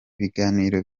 biganiro